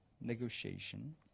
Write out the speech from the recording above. negotiation